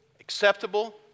acceptable